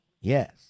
Yes